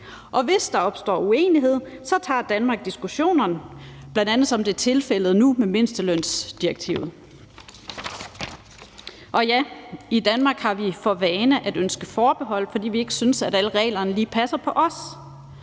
Og hvis der opstår uenighed, tager Danmark diskussionerne, bl.a. som det er tilfældet nu med mindstelønsdirektivet. Og ja, i Danmark har vi for vane at ønske forbehold, fordi vi ikke synes, at alle reglerne lige passer på os.